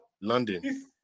London